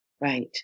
Right